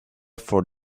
for